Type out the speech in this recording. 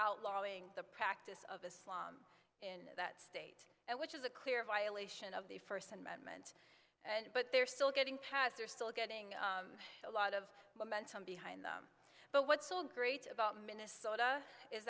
outlawing the practice of islam in that state which is a clear violation of the first amendment and but they're still getting passed they're still getting a lot of momentum behind them but what's great about minnesota is